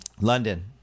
London